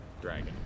dragon